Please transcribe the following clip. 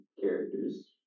characters